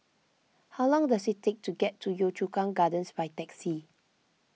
how long does it take to get to Yio Chu Kang Gardens by taxi